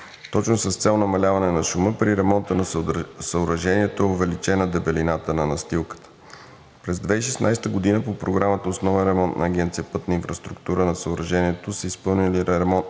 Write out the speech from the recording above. Точно с цел намаляване на шума при ремонта на съоръжението е увеличена дебелината на настилката. През 2016 г. по Програмата „Основен ремонт“ на Агенция „Пътна инфраструктура“ на съоръжението са изпълнени